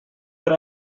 per